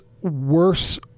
worse